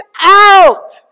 out